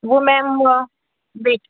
वो मैम वहाँ बेच